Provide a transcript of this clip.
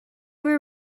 were